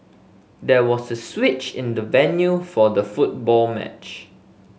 there was a switch in the venue for the football match